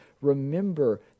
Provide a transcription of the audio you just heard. remember